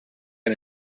and